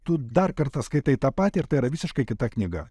tu dar kartą skaitai tą patį ir tai yra visiškai kita knyga